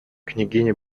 княгиня